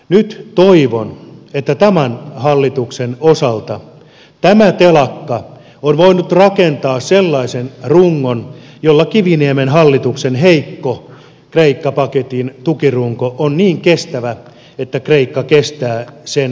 nyt toivon että tämän hallituksen osalta tämä telakka on voinut rakentaa sellaisen rungon jolla kiviniemen hallituksen heikko kreikka paketin tukirunko on niin kestävä että kreikka kestää sen jäävuoreenkin ajon